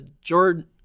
jordan